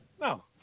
no